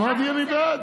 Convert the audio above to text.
אמרתי: אני בעד.